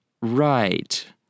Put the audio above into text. right